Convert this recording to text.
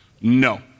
No